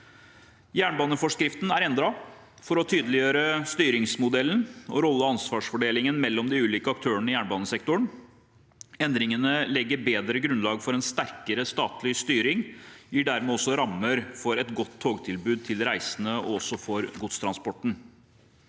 Jernbaneforskriften er endret for å tydeliggjøre styringsmodellen og rolle- og ansvarsfordelingen mellom de ulike aktørene i jernbanesektoren. Endringene legger et bedre grunnlag for en sterkere statlig styring og gir dermed også rammer for et godt togtilbud til reisende og for godstransporten.